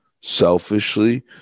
selfishly